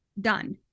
done